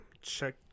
check